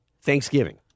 Thanksgiving